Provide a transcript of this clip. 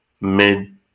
mid